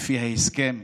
לפי ההסכם.